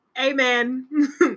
Amen